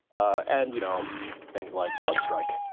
ah and you know things like bloodstrike.